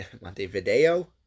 Montevideo